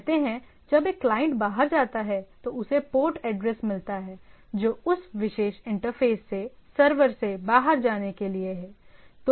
कहते हैं जब एक क्लाइंट बाहर जाता है तो उसे पोर्ट ऐड्रेस मिलता है जो उस विशेष इंटरफ़ेस से सर्वर से बाहर जाने के लिए है